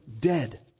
dead